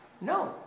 No